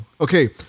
Okay